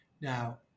Now